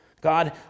God